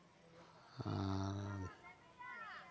ᱟᱨ